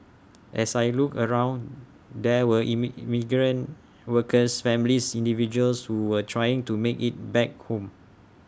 as I looked around there were migrant workers families individuals who were trying to make IT back home